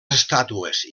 estàtues